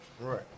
Right